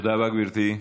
תודה רבה, גברתי.